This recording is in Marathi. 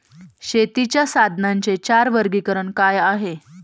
शेतीच्या साधनांचे चार वर्गीकरण काय आहे?